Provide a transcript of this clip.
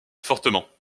fortement